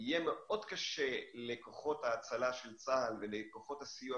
יהיה מאוד קשה לכוחות ההצלה ולכוחות הסיוע